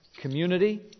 community